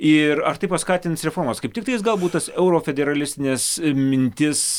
ir ar tai paskatins reformas kaip tiktais galbūt tas eurofederalistines mintis